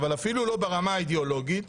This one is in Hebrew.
אבל אפילו לא ברמה האידאולוגית,